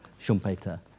Schumpeter